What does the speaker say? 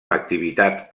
activitat